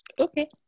Okay